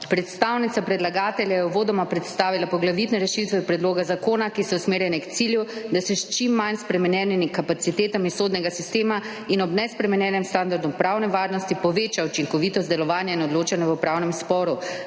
Predstavnica predlagatelja je uvodoma predstavila poglavitne rešitve predloga zakona, ki so usmerjene k cilju, da se s čim manj spremenjenimi kapacitetami sodnega sistema in ob nespremenjenem standardu pravne varnosti poveča učinkovitost delovanja in odločanja v upravnem sporu.